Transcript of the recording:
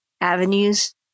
avenues